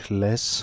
less